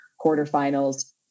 quarterfinals